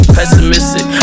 Pessimistic